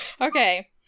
Okay